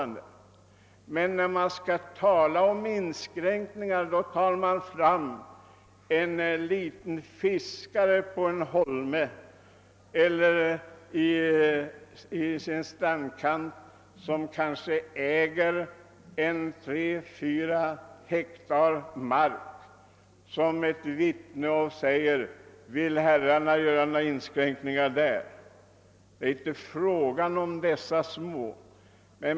När det talas om inskränkningar tar man fram en liten fiskare på sin holme eller vid sin strandkant som kanske äger 3—4 hektar mark och säger: Vill herrarna göra några inskränkningar här? Det är inte fråga om dessa små.